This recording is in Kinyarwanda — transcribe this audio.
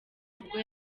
ubwo